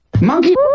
monkey